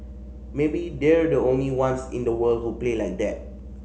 maybe they're the only ones in the world who play like that